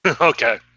Okay